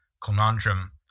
conundrum